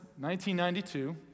1992